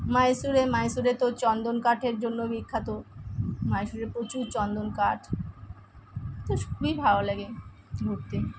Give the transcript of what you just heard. মাইশোরে মাইশোরে তো চন্দন কাঠের জন্য বিখ্যাত মাইশোরে প্রচুর চন্দন কাঠ তো স খুবই ভালো লাগে ঘুরতে